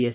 S